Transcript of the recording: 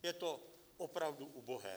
Je to opravdu ubohé.